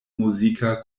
muzika